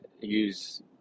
use